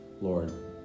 Lord